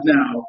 now